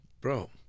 bro